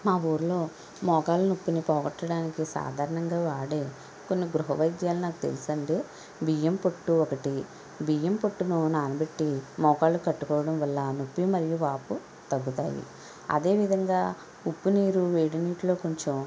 మా ఊర్లో మోకాళ్ళ నొప్పులు పోగొట్టడానికి సాధారణంగా వాడే కొన్ని గృహ వైద్యాలు నాకు తెలుసండి బియ్యం పొట్టు ఒకటి బియ్యం పొట్టును నానబెట్టి మోకాళ్ళకు కట్టుకోవడం వల్ల నొప్పి మరియు వాపు తగ్గుతాయి అదే విధంగా ఉప్పునీరు వేడి నీటిలో కొంచెం